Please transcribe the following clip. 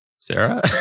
sarah